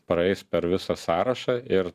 praeis per visą sąrašą ir